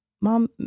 mom